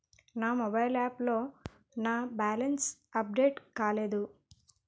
నా mobile app లో నా బ్యాలెన్స్ అప్డేట్ కాలేదు